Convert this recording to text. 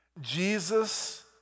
Jesus